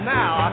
now